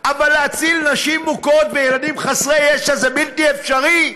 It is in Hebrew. אבל להציל נשים מוכות וילדים חסרי ישע זה בלתי אפשרי?